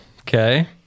okay